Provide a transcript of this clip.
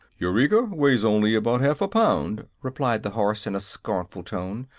eureka weighs only about half a pound, replied the horse, in a scornful tone,